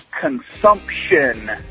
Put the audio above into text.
consumption